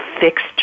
fixed